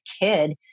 kid